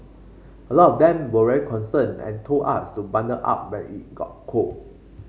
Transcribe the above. a lot of them were very concerned and told us to bundle up when it got cold